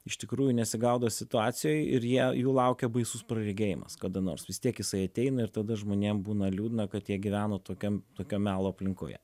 iš tikrųjų nesigaudo situacijoj ir jie jų laukia baisus praregėjimas kada nors vis tiek jisai ateina ir tada žmonėm būna liūdna kad jie gyveno tokiam tokioj melo aplinkoje